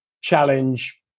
challenge